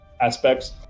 aspects